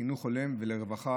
לחינוך הולם ולרווחה